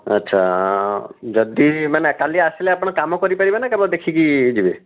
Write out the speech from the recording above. ଆଚ୍ଛା ଯଦି ମାନେ କାଲି ଆସିଲେ ଆପଣ କାମ କରିପାରିବେ ନା କେବଳ ଦେଖିକି ଯିବେ